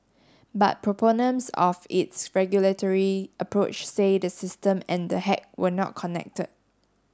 but proponents of its regulatory approach say the system and the hack were not connected